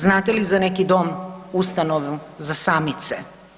Znate li za neki dom, ustanovu za samice?